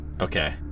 Okay